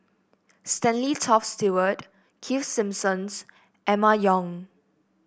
Stanley Toft Stewart Keith Simmons Emma Yong